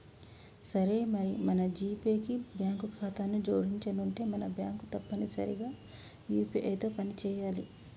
సరే మరి మన జీపే కి బ్యాంకు ఖాతాను జోడించనుంటే మన బ్యాంకు తప్పనిసరిగా యూ.పీ.ఐ తో పని చేయాలి